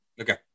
Okay